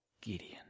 Gideon